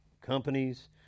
companies